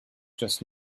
just